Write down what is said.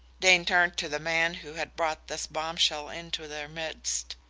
dane turned to the man who had brought this bombshell into their midst.